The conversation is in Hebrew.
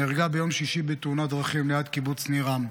נהרגה ביום שישי בתאונת דרכים ליד קיבוץ ניר עם,